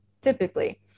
typically